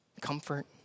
comfort